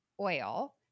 oil